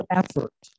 effort